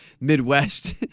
Midwest